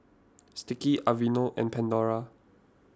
Sticky Aveeno and Pandora